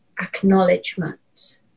acknowledgement